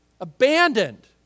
Abandoned